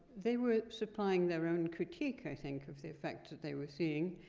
they were supplying their own critique, i think, of the effects that they were seeing,